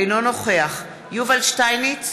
אינו נוכח יובל שטייניץ,